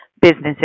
businesses